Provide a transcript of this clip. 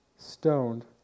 stoned